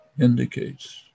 indicates